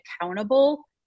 accountable